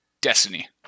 destiny